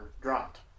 dropped